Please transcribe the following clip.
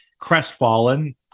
crestfallen